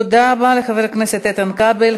תודה רבה לחבר הכנסת איתן כבל.